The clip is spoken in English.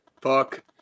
Fuck